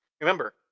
Remember